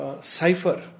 cipher